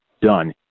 done